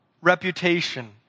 reputation